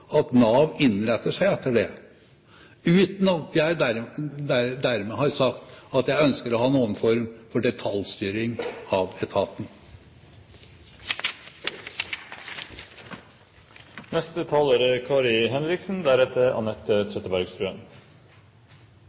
at Nav innretter seg etter det, uten at jeg dermed har sagt at jeg ønsker å ha noen form for detaljstyring av